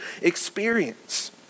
experience